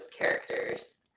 characters